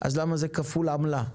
אז למה זה כפול עמלה?